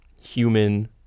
human